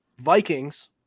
Vikings